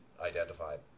identified